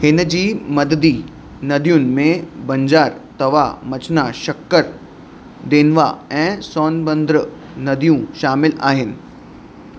हिन जी मददी नदियुनि में बंजार तवा मछना शक्कर देनवा ऐं सोनमंद्र नदियूं शामिलु आहिनि